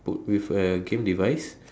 put with a game device